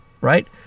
right